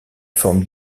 forme